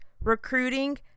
recruiting